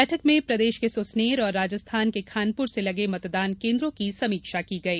बैठक में प्रदेश के सुसनेर और राजस्थान के खानपुर से लगे मतदान केन्द्रों की समीक्षा की गई